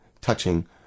touching